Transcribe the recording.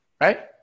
right